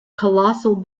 colossal